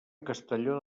castelló